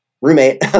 roommate